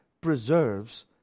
preserves